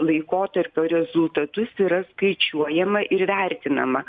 laikotarpio rezultatus yra skaičiuojama ir vertinama